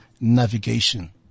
navigation